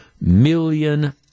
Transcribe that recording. million